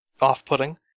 off-putting